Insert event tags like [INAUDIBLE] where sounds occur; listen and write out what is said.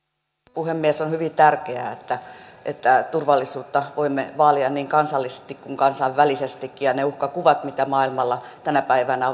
puhemies on hyvin tärkeää että että turvallisuutta voimme vaalia niin kansallisesti kuin kansainvälisestikin ja ne uhkakuvat mitä maailmalla tänä päivänä [UNINTELLIGIBLE]